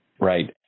Right